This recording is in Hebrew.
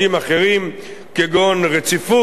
כגון רציפות וריכוז,